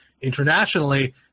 internationally